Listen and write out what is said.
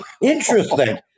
Interesting